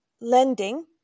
lending